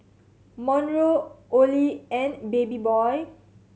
Monroe Olie and Babyboy